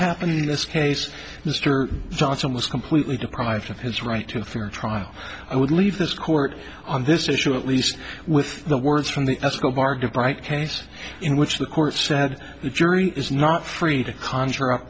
happened in this case mr johnson was completely deprived of his right to a fair trial i would leave this court on this issue at least with the words from the escobar give right case in which the court said the jury is not free to conjure up